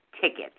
tickets